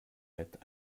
bett